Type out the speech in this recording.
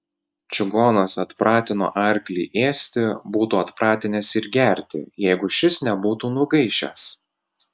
čigonas atpratino arklį ėsti būtų atpratinęs ir gerti jeigu šis nebūtų nugaišęs